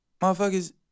motherfuckers